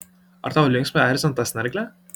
ar tau linksma erzinti tą snarglę